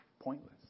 pointless